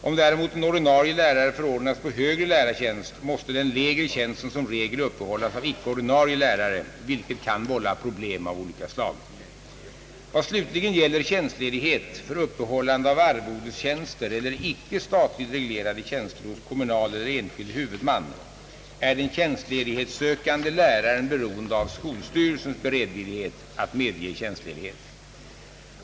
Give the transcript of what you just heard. Om däremot en ordinarie lärare förordnas på högre lärartjänst måste den lägre tjänsten som regel uppehållas av icke-ordinarie lärare, vilket kan vålla problem av olika slag. Vad slutligen gäller tjänstledighet för uppehållande av arvodestjänster eller icke statligt reglerade tjänster hos kommunal eller enskild huvudman är den tjänstledighetssökande läraren beroende av skolstyrelsens beredvillighet att medge tjänstledighet.